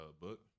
book